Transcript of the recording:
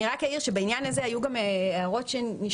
אני רק אעיר שבעניין הזה היו גם הערות שנשמעו,